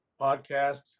podcast